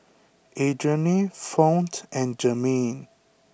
Adriane Fount and Germaine